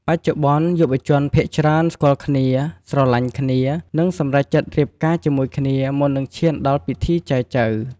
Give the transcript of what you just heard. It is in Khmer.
បច្ចុប្បន្ន យុវជនភាគច្រើនស្គាល់គ្នា ស្រឡាញ់គ្នា និងសម្រេចចិត្តរៀបការជាមួយគ្នាមុននឹងឈានដល់ពិធីចែចូវ។